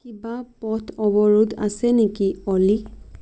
কিবা পথ অৱৰোধ আছে নেকি অলি